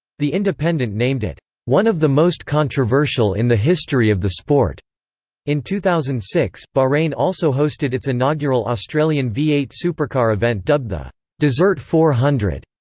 the independent named it one of the most controversial in the history of the sport in two thousand and six, bahrain also hosted its inaugural australian v eight supercar event dubbed the desert four hundred.